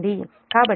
కాబట్టి ఇది '0'